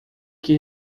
que